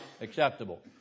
acceptable